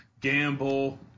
Gamble